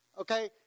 okay